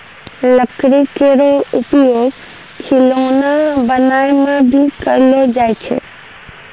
लकड़ी केरो उपयोग खिलौना बनाय म भी करलो जाय छै